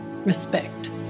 Respect